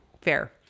fair